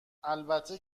البته